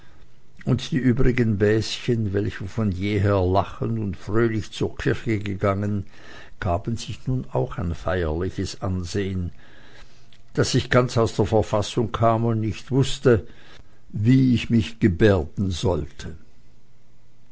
und die übrigen bäschen welche von jeher lachend und fröhlich zur kirche gegangen gaben sich nun auch ein feierliches ansehen daß ich ganz aus der verfassung kam und nicht wußte wie ich mich gebärden sollte